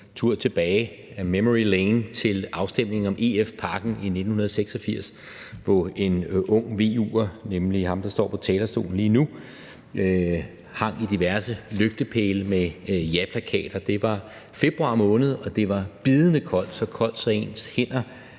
tur tilbage ad memory lane til afstemningen om EF-pakken i 1986, hvor en ung VU'er, nemlig ham, der står på talerstolen lige nu, hang i diverse lygtepæle med japlakater. Det var i februar måned, og det var bidende koldt – så koldt, at ens hænder